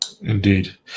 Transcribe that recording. Indeed